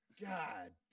God